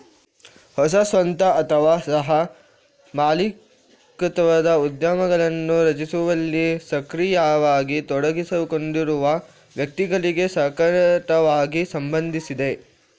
ಹೊಸ ಸ್ವಂತ ಅಥವಾ ಸಹ ಮಾಲೀಕತ್ವದ ಉದ್ಯಮಗಳನ್ನು ರಚಿಸುವಲ್ಲಿ ಸಕ್ರಿಯವಾಗಿ ತೊಡಗಿಸಿಕೊಂಡಿರುವ ವ್ಯಕ್ತಿಗಳಿಗೆ ನಿಕಟವಾಗಿ ಸಂಬಂಧಿಸಿದೆ